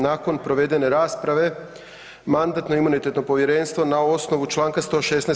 Nakon provedene rasprave Mandatno-imunitetno povjerenstvo na osnovu čl. 116.